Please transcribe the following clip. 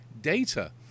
data